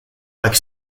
like